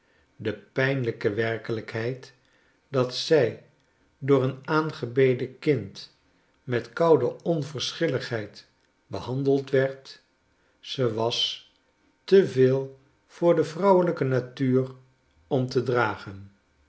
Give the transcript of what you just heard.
de pijnlijke werkelijkheid dat zij door een aangebeden kind met koude onverschilligheid behandeld werd ze was te veel voor de vrouwelijke natuur om te dragen